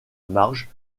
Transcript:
marge